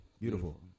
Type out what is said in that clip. beautiful